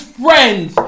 friends